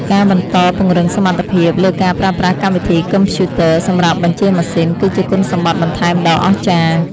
ការបន្តពង្រឹងសមត្ថភាពលើការប្រើប្រាស់កម្មវិធីកុំព្យូទ័រសម្រាប់បញ្ជាម៉ាស៊ីន គឺជាគុណសម្បត្តិបន្ថែមដ៏អស្ចារ្យ។